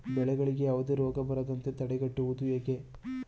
ಬೆಳೆಗಳಿಗೆ ಯಾವುದೇ ರೋಗ ಬರದಂತೆ ತಡೆಗಟ್ಟುವುದು ಹೇಗೆ?